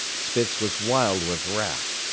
spitz was wild with wrath.